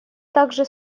также